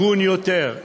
הגון יותר,